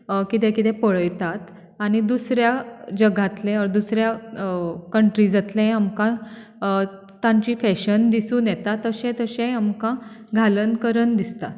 कितें कितें पळयतात आनी दुसऱ्या जगांतलें ओर दुसऱ्या कंट्रीसांतलें आमकां तांची फॅशन दिसून येता तशें तशें आमकां घालन करन दिसता